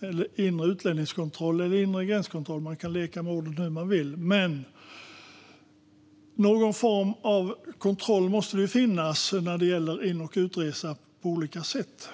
eller inre utlänningskontroll - man kan leka med orden hur man vill. Men någon form av kontroll måste det finnas när det gäller in och utresa på olika sätt.